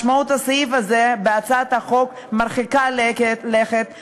משמעות הסעיף הזה בהצעת החוק מרחיקת לכת,